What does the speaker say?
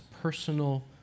personal